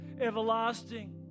everlasting